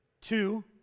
two